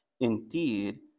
Indeed